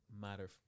matter